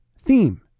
Theme